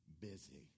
busy